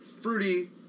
fruity